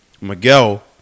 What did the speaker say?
Miguel